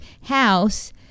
house